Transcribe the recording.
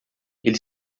ele